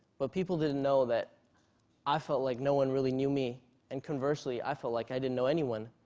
but people didn't know that i felt like no one really knew me and conversely i felt like i didn't know anyone,